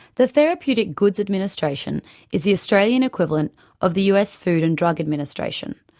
the therapeutic goods administration is the australian equivalent of the us food and drug administration.